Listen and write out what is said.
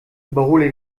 überhole